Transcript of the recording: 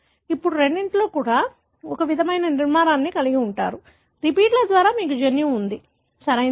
ఇప్పుడు రెండింటిలో ఒకే విధమైన నిర్మాణాన్ని కలిగి ఉన్నారు రిపీట్ల ద్వారా మీకు జన్యువు ఉంది సరియైనదా